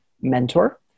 mentor